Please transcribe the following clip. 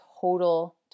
total